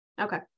Okay